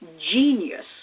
genius